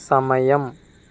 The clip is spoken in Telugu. సమయం